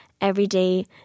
everyday